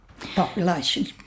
population